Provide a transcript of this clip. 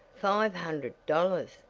five hundred dollars!